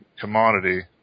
commodity